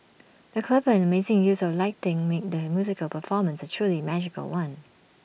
the clever and amazing use of lighting made the musical performance A truly magical one